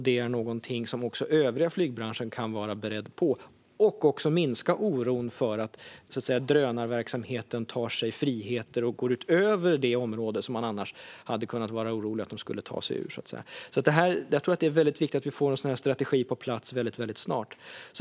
Det är någonting som också den övriga flygbranschen kan vara beredd på och minska oron för att drönarverksamheten tar sig friheter och går utöver det område som man annars hade kunnat vara orolig för att de skulle ta sig ur, så att säga. Jag tror att det är mycket viktigt att vi får en sådan strategi på plats väldigt snart.